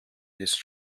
ist